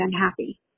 unhappy